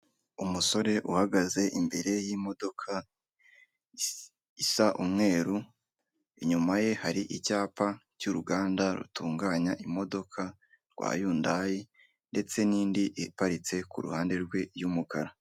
Umusore uhagaze imbere yimodoka isa umweru, inyuma ye hari icyapa cy'uruganda rutunganya imodoka rwa Yundayi, ndetse n'indi iparitse ku ruhande rwe, y'umukara.